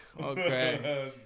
okay